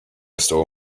stole